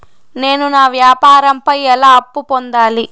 నేను నా వ్యాపారం పై ఎలా అప్పు పొందాలి?